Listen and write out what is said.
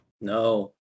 No